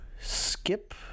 skip